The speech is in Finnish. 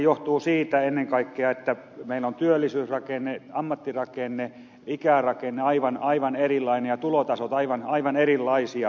johtuu ennen kaikkea siitä että meillä on työllisyysrakenne ammattirakenne ikärakenne aivan erilainen ja tulotasot aivan erilaisia